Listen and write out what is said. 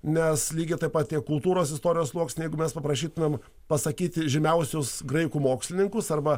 nes lygiai taip pat tie kultūros istorijos sluoksniai jeigu mes paprašytumėm pasakyti žymiausius graikų mokslininkus arba